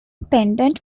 pendant